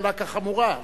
קלה כחמורה.